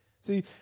See